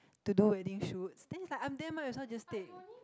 to do wedding shoots then it's like I'm there might as well just stay